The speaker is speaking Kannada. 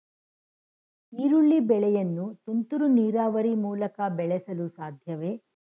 ಈರುಳ್ಳಿ ಬೆಳೆಯನ್ನು ತುಂತುರು ನೀರಾವರಿ ಮೂಲಕ ಬೆಳೆಸಲು ಸಾಧ್ಯವೇ?